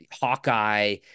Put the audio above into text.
Hawkeye